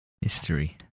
History